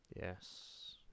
Yes